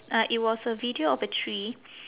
uh it was a video of a tree